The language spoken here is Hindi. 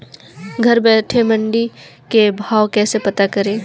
घर बैठे मंडी का भाव कैसे पता करें?